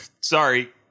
Sorry